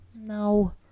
No